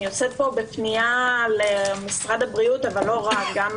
יוצאת פה בפנייה למשרד הבריאות אבל לא רק גם